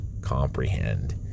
comprehend